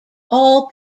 all